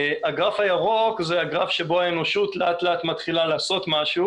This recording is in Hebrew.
הגרף הירוק זה הגרף שבו האנושות לאט לאט מתחילה לעשות משהו